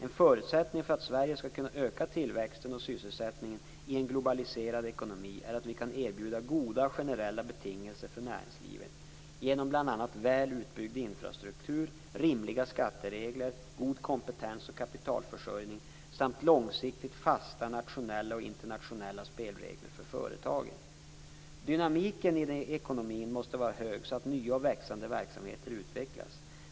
En förutsättning för att Sverige skall kunna öka tillväxten och sysselsättningen i en globaliserad ekonomi är att vi kan erbjuda goda generella betingelser för näringslivet genom bl.a. väl utbyggd infrastruktur, rimliga skatteregler, god kompetens och kapitalförsörjning samt långsiktigt fasta nationella och internationella spelregler för företagen. Dynamiken i ekonomin måste vara hög så att nya och växande verksamheter utvecklas.